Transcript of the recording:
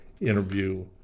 interview